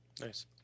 Nice